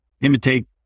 imitate